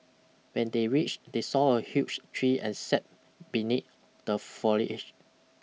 when they reached they saw a huge tree and sat beneath the foliage